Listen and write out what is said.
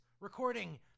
recording